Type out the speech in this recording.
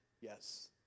yes